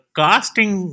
casting